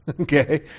okay